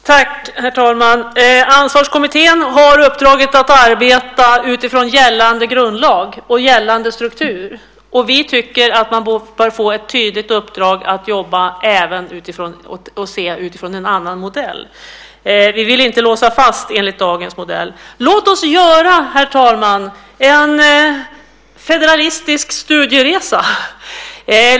Herr talman! Ansvarskommittén har uppdraget att arbeta utifrån gällande grundlag och gällande struktur. Vi tycker att de bör få ett tydligt uppdrag att även jobba utifrån en annan modell. Vi vill inte låsa fast oss i dagens modell. Låt oss, herr talman, göra en federalistisk studieresa.